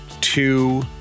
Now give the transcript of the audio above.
two